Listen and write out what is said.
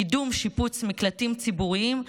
קידום שיפוץ מקלטים ציבוריים,